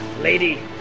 lady